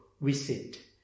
visit